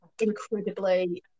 incredibly